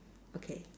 okay